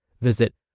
Visit